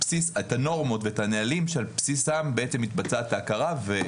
הנורמות ואת הנהלים שעל בסיסם בעצם מתבצעת ההכרה.